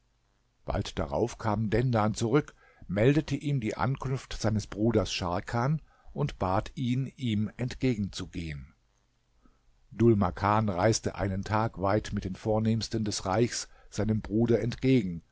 bald darauf kam dendan zurück meldete ihm die ankunft seines bruders scharkan und bat ihn ihm entgegenzugehen dhul makan reiste einen tag weit mit den vornehmsten des reichs seinem bruder entgegen